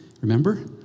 remember